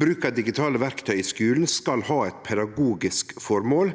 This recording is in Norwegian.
Bruk av digitale verktøy i skulen skal ha eit pedagogisk føremål,